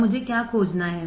अब मुझे क्या खोजना है